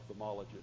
ophthalmologist